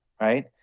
right